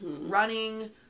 Running